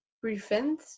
prevent